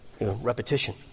Repetition